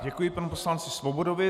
Děkuji panu poslanci Svobodovi.